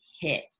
hit